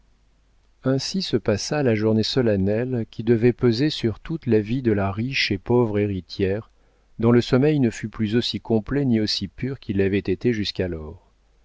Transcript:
ainsi se passa la journée solennelle qui devait peser sur toute la vie de la riche et pauvre héritière dont le sommeil ne fut plus aussi complet ni aussi pur qu'il l'avait été jusqu'alors